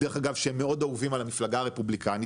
שהם מאוד אהובים על המפלגה הרפובליקנית,